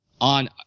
on